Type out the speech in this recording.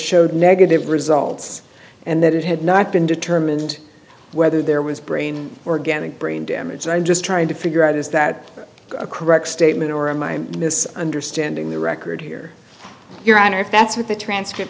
showed negative results and that it had not been determined whether there was brain organic brain damage i'm just trying to figure out is that a correct statement or in my mis understanding the record here your honor if that's what the transcript